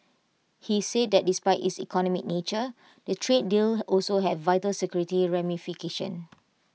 he said that despite its economic nature the trade deal also have vital security ramifications